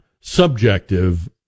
subjective